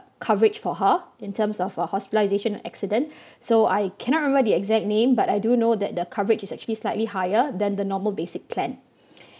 coverage for her in terms of uh hospitalisation or accident so I cannot remember the exact name but I do know that the coverage is actually slightly higher than the normal basic plan